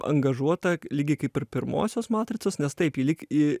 angažuota lygiai kaip ir pirmosios matricos nes taip i lyg i